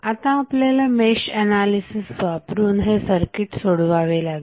आता आपल्याला mesh analysis वापरून हे सर्किट सोडवावे लागेल